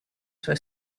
sue